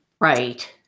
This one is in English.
right